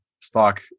stock